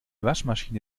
waschmaschine